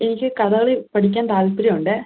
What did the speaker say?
എനിക്ക് കഥകളി പഠിക്കാൻ താൽപ്പര്യമുണ്ട്